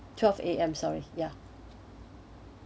twelve A_M sorry ya